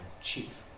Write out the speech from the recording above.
chief